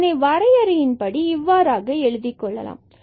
இதனை வரையறையின் படி இவ்வாறாக எழுதிக்கொள்ளலாம்